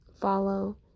follow